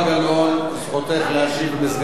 זכותך להשיב במסגרת של שלוש דקות.